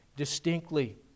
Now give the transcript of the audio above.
distinctly